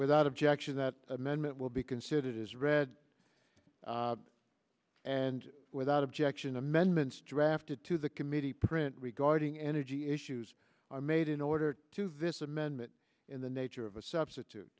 without objection that amendment will be considered as read and without objection amendments drafted to the committee print regarding energy issues are made in order to this amendment in the nature of a substitute